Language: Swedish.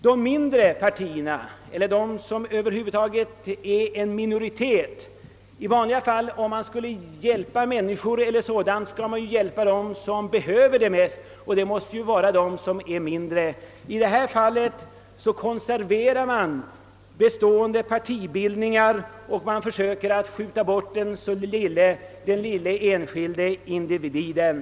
När man i vanliga fall lämnar hjälp brukar man ju ge hjälpen till dem som behöver den bäst. Men i detta fall konserverar man bestående partibildningar och har inte alls i åtanke de mindre partierna eller dem som över huvud taget är i minoritet — tvärtom försöker man skjuta undan den enskilda individen.